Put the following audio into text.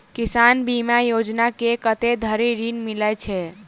किसान बीमा योजना मे कत्ते धरि ऋण मिलय छै?